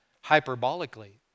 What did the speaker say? hyperbolically